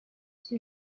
two